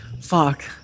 Fuck